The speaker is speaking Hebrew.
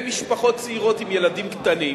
למשפחות צעירות עם ילדים קטנים,